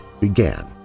began